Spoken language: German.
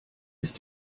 ist